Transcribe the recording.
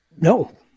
No